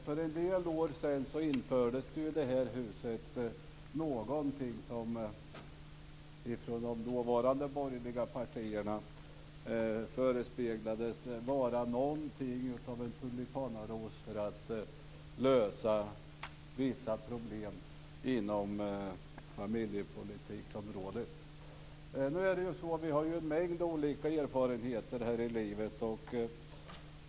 För en del år sedan infördes ju i detta hus någonting som från de dåvarande borgerliga partierna förespeglades vara något av en tulipanaros när det gäller att lösa vissa problem inom familjepolitiken. Vi har alla en mängd olika erfarenheter i livet.